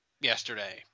yesterday